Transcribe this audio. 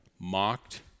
mocked